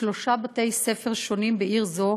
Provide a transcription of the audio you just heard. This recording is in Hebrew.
בשלושה בתי-ספר שונים בעיר זו,